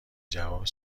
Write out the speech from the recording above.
جواب